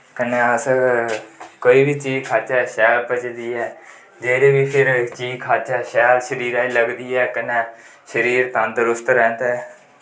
कन्नै अस कोई बी चीज़ खाच्चै शैल पचदी ऐ जेह्ड़ी बी फिर चीज़ खाच्चै शैल शरीरा गी लगदी ऐ कन्नै शरीर तंदरुस्त रौंह्दा ऐ